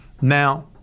now